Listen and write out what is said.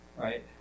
right